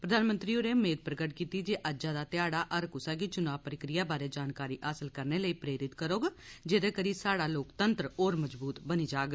प्रधानमंत्री होरें मेद प्रगट कीती जे अज्ज दा ध्याढ़ा हर कुसा गी चुनां प्रक्रिया बारै जानकारी हासल करने लेई प्रेरित करौग जेहदे करी साहड़ा लोकतंत्र होर मजबूत बनी जाग